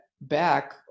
back